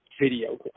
video